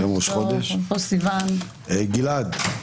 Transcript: גלעד,